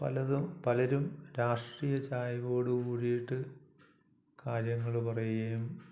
പലതും പലരും രാഷ്ട്രീയ ചായ്വോടുകൂടിയിട്ട് കാര്യങ്ങൾ പറയുകയും